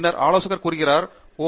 பின்னர் ஆலோசகர் கூறுகிறார் ஓ